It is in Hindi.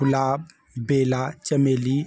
गुलाब बेला चमेली